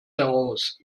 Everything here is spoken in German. heraus